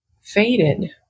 faded